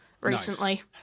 recently